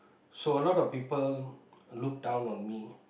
so a lot of people look down on me